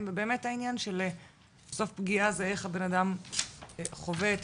באמת בעניין של בסוף פגיעה זה איך הבנאדם חווה את